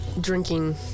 drinking